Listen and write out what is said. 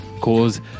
cause